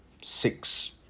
six